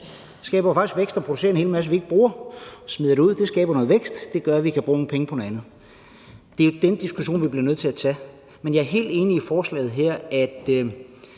Det skaber faktisk vækst at producere en hel masse, vi ikke bruger, men smider ud. Det skaber noget vækst. Det gør, at vi kan bruge nogle penge på noget andet. Det er den diskussion, vi bliver nødt til at tage. Men jeg er helt enig i forslaget her.